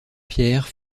pierre